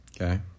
Okay